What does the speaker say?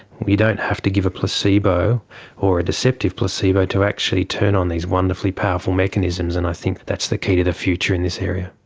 we don't have to give a placebo or a deceptive placebo to actually turn on these wonderfully powerful mechanisms, and i think that's the key to the future in this area.